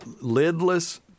Lidless